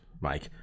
Mike